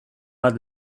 bat